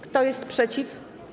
Kto jest przeciw?